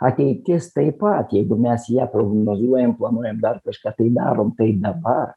ateitis taip pat jeigu mes ją prognozuojam planuojam dar kažką tai darom tai dabar